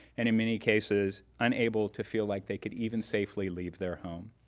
and in many cases, unable to feel like they could even safely leave their home.